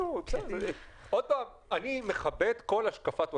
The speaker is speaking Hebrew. אני מכבד כל השקפת עולם.